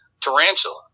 tarantula